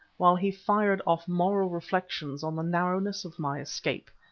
while he fired off moral reflections on the narrowness of my escape,